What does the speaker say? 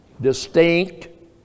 distinct